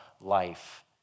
life